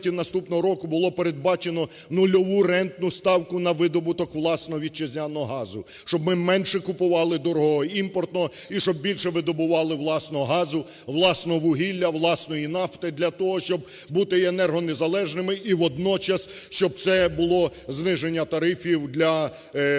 наступного року було передбачено нульову рентну ставку на видобуток власного вітчизняного газу. Щоб ми менше купували дорогого імпортного і щоб більше видобували власного газу, власного вугілля, власної нафти, для того, щоб бути і енергонезалежними, і, водночас, щоб це було зниження тарифів для наших громадян